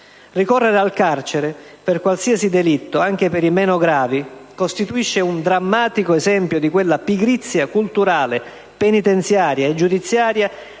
Ricorrere al carcere per qualsiasi delitto, anche per i meno gravi, costituisce un drammatico esempio di quella pigrizia culturale, penitenziaria e giudiziaria